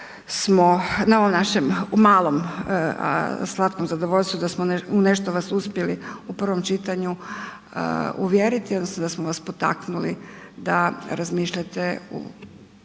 smo na ovom našem malom slatkom zadovoljstvu da smo vas u nešto uspjeli u prvom čitanju uvjeriti odnosno da smo vas potaknuli da razmišljate na